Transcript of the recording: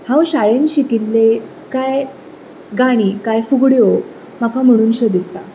हांव शाळेंत शिकिल्लें कांय गाणी कांय फुगड्यो म्हाका म्हणूकश्यो दिसतात